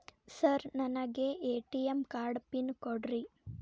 Sir ನನಗೆ ATM card pin ಕೊಡ್ರಿ?